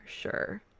Sure